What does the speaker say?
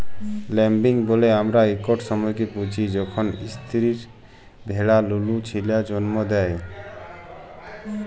lambing ব্যলে আমরা ইকট সময়কে বুঝি যখল ইস্তিরি ভেড়া লুলু ছিলা জল্ম দেয়